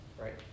right